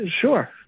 Sure